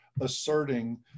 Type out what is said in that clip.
asserting